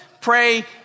pray